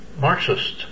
Marxist